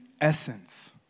essence